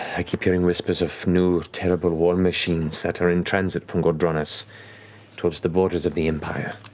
i keep hearing whispers of new, terrible war machines that are in transit from ghor dranas towards the borders of the empire.